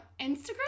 Instagram